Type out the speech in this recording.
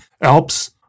Alps